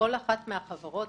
בכל אחת מהחברות,